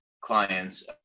clients